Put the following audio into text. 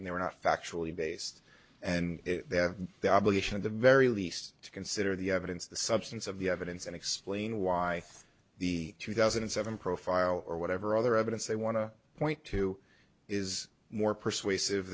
and they were not factually based and they have the obligation of the very least to consider the evidence the substance of the evidence and explain why the two thousand and seven profile or whatever other evidence they want to point to is more persuasive